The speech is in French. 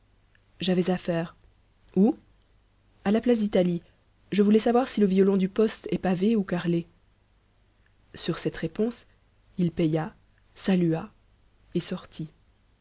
j'avais affaire où à la place d'italie je voulais savoir si le violon du poste est pavé ou carrelé sur cette réponse il paya salua et sortit